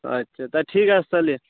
আচ্ছা তা ঠিক আছে তাহলে